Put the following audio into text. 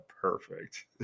Perfect